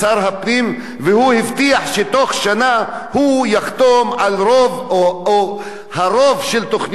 והוא הבטיח שבתוך שנה הוא יחתום על רוב תוכניות המיתאר,